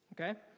okay